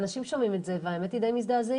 אנשים שומעים את זה והאמת הם די מזדעזעים.